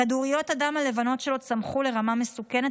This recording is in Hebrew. כדוריות הדם הלבנות שלו צמחו לרמה מסוכנת,